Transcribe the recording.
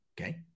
Okay